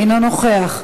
אינו נוכח,